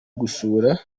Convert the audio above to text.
gusura